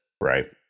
Right